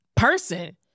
person